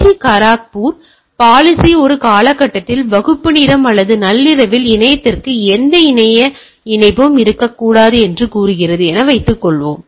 D Kharagpur policy ஒரு காலகட்டத்தில் வகுப்பு நேரம் அல்லது நள்ளிரவில் இணையத்திற்கு எந்த இணைய இணைப்பும் இருக்கக்கூடாது என்று கூறுகிறது என்று வைத்துக்கொள்வோம்